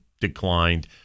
declined